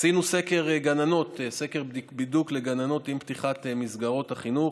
עשינו סקר בידוק לגננות עם פתיחת מסגרות החינוך,